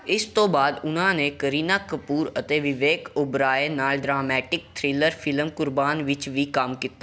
ਇਸ ਤੋਂ ਬਾਅਦ ਉਨ੍ਹਾਂ ਨੇ ਕਰੀਨਾ ਕਪੂਰ ਅਤੇ ਵਿਵੇਕ ਓਬਰਾਏ ਨਾਲ ਡਰਾਮੈਟਿਕ ਥ੍ਰਿਲਰ ਫਿਲਮ ਕੁਰਬਾਨ ਵਿੱਚ ਵੀ ਕੰਮ ਕੀ